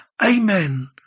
Amen